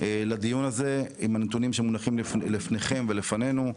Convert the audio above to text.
לדיון הזה עם הנתונים שמונחים לפניכם ולפנינו,